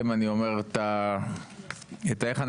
אמרת שכאילו רק אנחנו